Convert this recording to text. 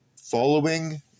following